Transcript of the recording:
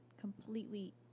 Completely